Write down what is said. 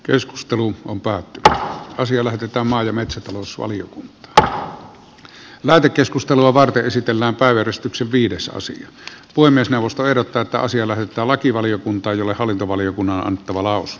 keskustelu on päätettävä asia lähetetään maa ja metsätalousvalio vetää läpi keskustelua varten esitellään päiväkeskuksen viidesosan puhemiesneuvosto ehdottaa taasiana lakivaliokunta jolle hallintovaliokunnan maalaus